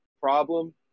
problem